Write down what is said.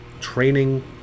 training